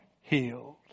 healed